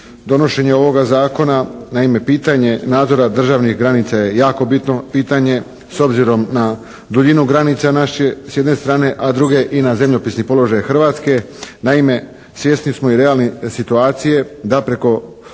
donošenje ovoga zakona. Naime, pitanje nadzora državnih granica je jako bitno pitanje s obzirom na duljinu granice naše s jedne strane, a s druge i na zemljopisni položaj Hrvatske. Naime, svjesni smo i realni situacije da preko